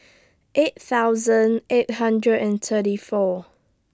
eight thousand eight hundred and thirty four